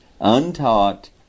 untaught